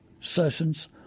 sessions